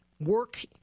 work